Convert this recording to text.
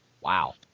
Wow